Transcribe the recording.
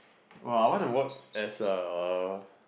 !wah! I want to work as a